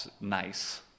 nice